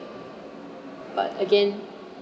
but again